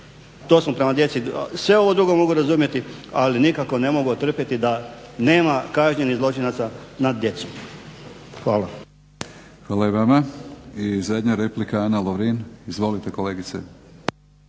strijeljana. Sve ovo drugo mogu razumjeti, ali nikako ne mogu otrpjeti da nema kažnjenih zločinaca nad djecom. Hvala. **Batinić, Milorad (HNS)** Hvala i vama. I zadnja replika Ana Lovrin. Izvolite kolegice.